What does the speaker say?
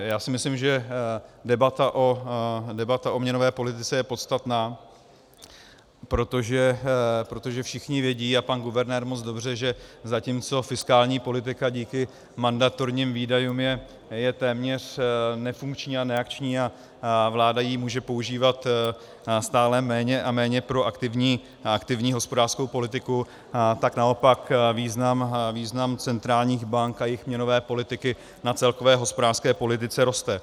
Já si myslím, že debata o měnové politice je podstatná, protože všichni vědí, a pan guvernér moc dobře, že zatímco fiskální politika díky mandatorním výdajům je téměř nefunkční a neakční a vláda ji může používat stále méně a méně pro aktivní hospodářskou politiku, tak naopak význam centrálních bank a jejich měnové politiky na celkové hospodářské politice roste.